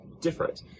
different